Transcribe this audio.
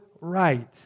right